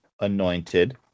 anointed